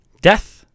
death